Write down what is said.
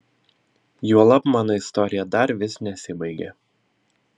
juolab mano istorija dar vis nesibaigė